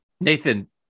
nathan